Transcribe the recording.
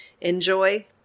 Enjoy